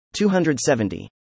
270